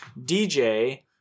DJ